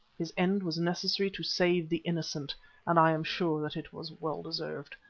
his end was necessary to save the innocent and i am sure that it was well deserved.